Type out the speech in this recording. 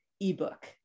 ebook